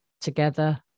together